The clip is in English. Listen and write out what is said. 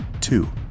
Two